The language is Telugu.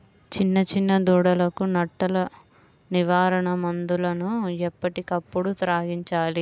చిన్న చిన్న దూడలకు నట్టల నివారణ మందులను ఎప్పటికప్పుడు త్రాగించాలి